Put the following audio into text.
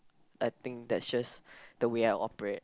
I think that's just the way I operate